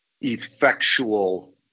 effectual